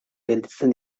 gelditzen